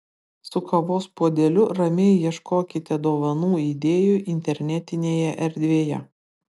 su kavos puodeliu ramiai ieškokite dovanų idėjų internetinėje erdvėje